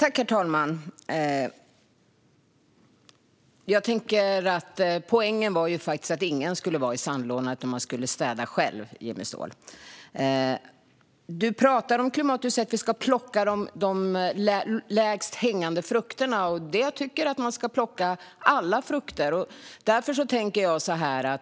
Herr talman! Jag tänker att poängen faktiskt var att ingen skulle vara i sandlådan, utan man skulle städa själv, Jimmy Ståhl. Jimmy Ståhl pratar om klimat och säger att vi ska plocka de lägst hängande frukterna. Jag tycker att man ska plocka alla frukter. Därför tänker jag så här: